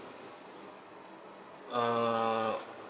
uh